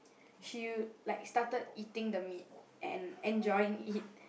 she like started eating the meat and enjoying it